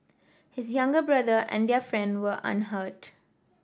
his younger brother and their friend were unhurt